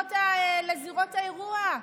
לזירות האירוע?